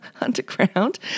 underground